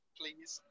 please